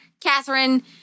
Catherine